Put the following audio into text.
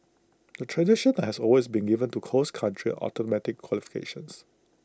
the tradition has always been given to cost country automatic qualifications